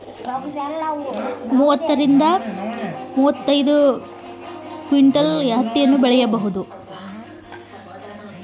ಐದು ಎಕರೆಯಲ್ಲಿ ಎಷ್ಟು ಹತ್ತಿ ಬೆಳೆಯಬಹುದು?